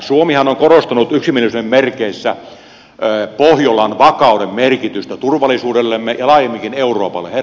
suomihan on korostanut yksimielisyyden merkeissä pohjolan vakauden merkitystä turvallisuudellemme ja laajemminkin euroopalle